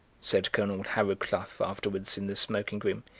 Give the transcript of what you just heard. said colonel harrowcluff afterwards in the smoking-room.